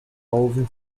ouvem